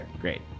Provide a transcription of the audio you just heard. Great